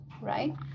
right